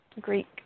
Greek